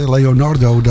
Leonardo